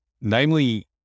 namely